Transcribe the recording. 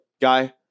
guy